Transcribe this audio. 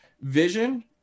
vision